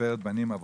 ותפארת בנים אבותם",